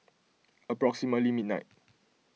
approximately midnight